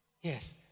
Yes